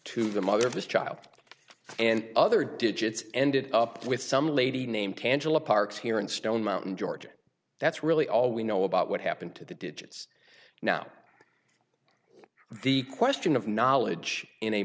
to the mother of his child and other digits ended up with some lady named candle a parks here in stone mountain georgia that's really all we know about what happened to the digits now the question of knowledge in a